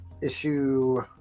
Issue